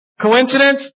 Coincidence